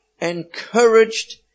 encouraged